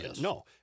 No